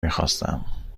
میخواستم